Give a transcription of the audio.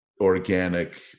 organic